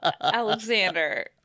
Alexander